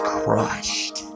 crushed